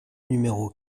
numéro